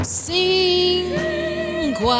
Sing